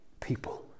people